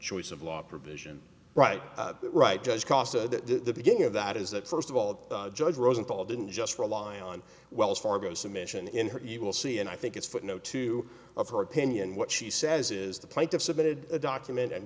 choice of law provision right that right does cost the beginning of that is that first of all the judge rosenthal didn't just rely on wells fargo's submission in her he will see and i think it's footnote two of her opinion what she says is the plight of submitted a document and